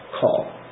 call